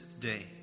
day